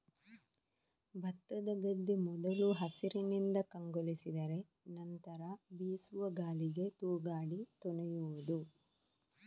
ಭತ್ತದ ಗದ್ದೆ ಮೊದಲು ಹಸಿರಿನಿಂದ ಕಂಗೊಳಿಸಿದರೆ ನಂತ್ರ ಬೀಸುವ ಗಾಳಿಗೆ ತೂಗಾಡಿ ತೊನೆಯುವುದು